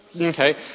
Okay